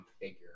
figure